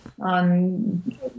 on